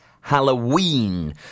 halloween